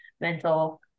mental